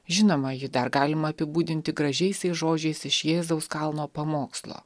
žinoma jį dar galima apibūdinti gražiaisiais žodžiais iš jėzaus kalno pamokslo